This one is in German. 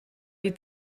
die